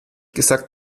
gesagt